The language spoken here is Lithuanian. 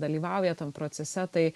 dalyvauja tam procese tai